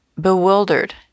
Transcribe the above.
bewildered